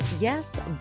Yes